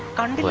hundred